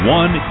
one